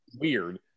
weird